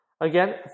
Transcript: Again